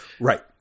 right